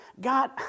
God